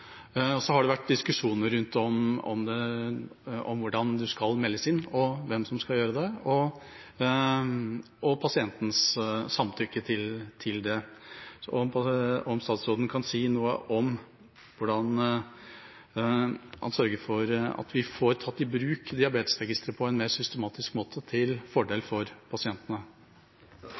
har vært diskusjoner rundt om når det gjelder hvordan man skal meldes inn, hvem som skal gjøre det, og pasientens samtykke til det. Kan statsråden si noe om hvordan han sørger for at vi får tatt i bruk diabetesregisteret på en mer systematisk måte, til fordel for pasientene?